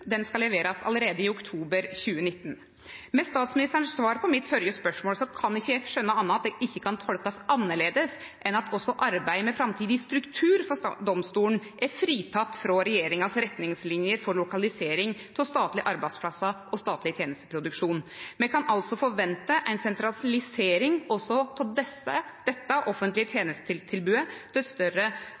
skal leverast allereie i oktober 2019. Med statsrådens svar på mitt førre spørsmål kan eg ikkje skjøne anna enn at det ikkje kan tolkast annleis enn at også arbeidet med framtidig struktur for domstolane er friteke frå retningslinjer for lokalisering av statlege arbeidsplassar og statleg tenesteproduksjon. Me kan altså vente ei sentralisering av også dette offentlege tenestetilbodet til større